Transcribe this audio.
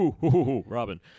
Robin